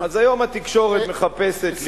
אז היום התקשורת מחפשת למכור,